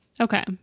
Okay